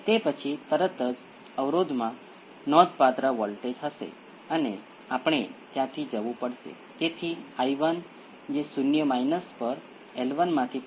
તેથી હવે તમે ઘણા જુદા જુદા કેસોની કલ્પના કરી શકો છો જે પહેલા હું લઈશ તે p 1 થી અલગ છે જે p 2 થી પણ અલગ છે તેથી ત્યાં બધા અલગ છે